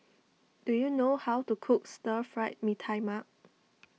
do you know how to cook Stir Fried Mee Tai Mak